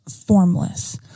formless